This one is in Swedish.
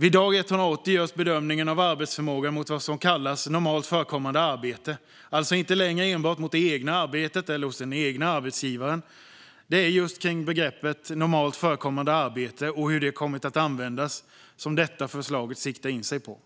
Vid dag 180 görs bedömningen av arbetsförmåga i vad som kallas normalt förekommande arbete, alltså inte längre enbart i det egna arbetet eller hos den egna arbetsgivaren. Det är just begreppet normalt förekommande arbete och hur det har kommit att användas som detta förslag siktar in sig på.